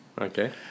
Okay